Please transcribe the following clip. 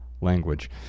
language